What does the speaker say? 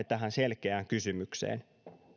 tähän selkeään kysymykseen